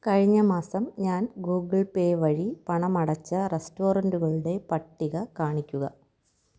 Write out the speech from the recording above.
കഴിഞ്ഞ മാസം ഞാൻ ഗൂഗിൾ പേ വഴി പണം അടച്ച റെസ്റ്റോറൻറ്റുകളുടെ പട്ടിക കാണിക്കുക